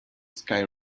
ski